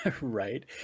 right